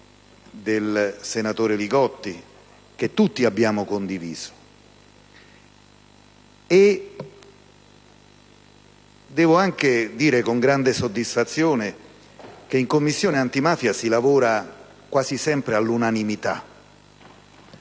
del senatore Li Gotti, che tutti abbiamo condiviso. Devo anche dire con grande soddisfazione che in Commissione antimafia si lavora quasi sempre all'unanimità